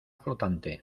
flotante